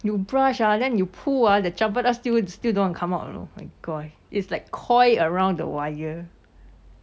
you brush ah then you pull ah the chempedak still still don't want to come out you know my gosh it's like coil around the wire